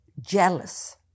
jealous